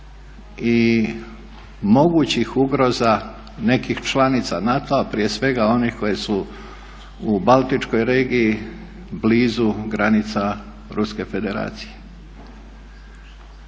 i mogućih ugroza nekih članica NATO-a, prije svega onih koje su u Baltičkoj regiji blizu granica Ruske Federacije.